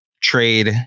trade